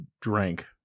drank